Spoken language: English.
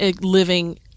living